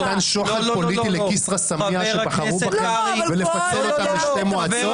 מתן שוחד פוליטי לכסרא-סמיע שבחרו בכם ולפצל אותן לשתי מועצות?